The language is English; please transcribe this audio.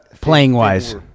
playing-wise